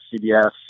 CBS